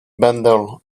bundle